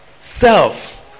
Self